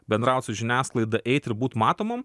bendraut su žiniasklaida eit ir būt matomam